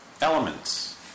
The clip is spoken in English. elements